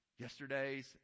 yesterday's